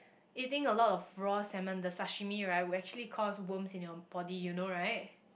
eating a lot of raw salmon the sashimi right will actually cause worms in your body you know right